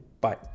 Bye